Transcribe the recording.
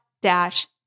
dash